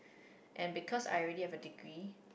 and because I already have a degree